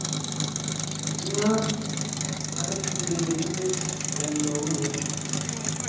जि'यां साढ़े पूरे जेह्के ग्राईं लोक होंदे न